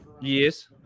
Yes